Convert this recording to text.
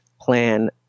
plan